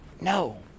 no